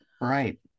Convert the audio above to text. right